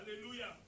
Hallelujah